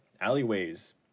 alleyways